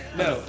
no